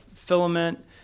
filament